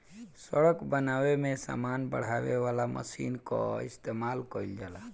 सड़क बनावे में सामान चढ़ावे वाला मशीन कअ इस्तेमाल कइल जाला